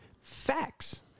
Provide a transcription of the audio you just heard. Facts